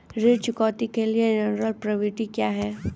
ऋण चुकौती के लिए जनरल प्रविष्टि क्या है?